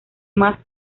más